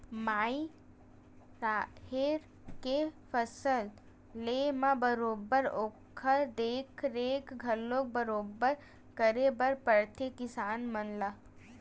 माई राहेर के फसल लेय म बरोबर ओखर देख रेख घलोक बरोबर करे बर परथे किसान मन ला